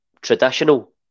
Traditional